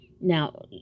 Now